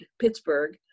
Pittsburgh